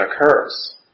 occurs